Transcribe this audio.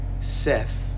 Seth